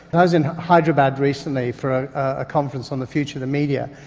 i was in hyderabad recently for a conference on the future of the media,